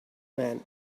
man